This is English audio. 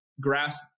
grass